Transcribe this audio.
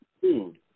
food